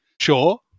Sure